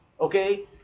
okay